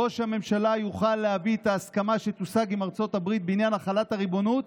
ראש הממשלה יוכל להביא את ההסכמה שתושג עם ארה"ב בעניין החלת הריבונות